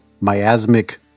miasmic